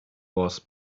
was